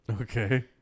Okay